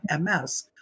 MS